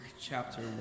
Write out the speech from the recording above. chapter